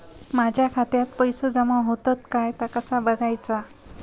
माझ्या खात्यात पैसो जमा होतत काय ता कसा बगायचा?